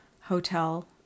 hotel